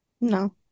No